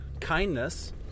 kindness